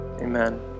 Amen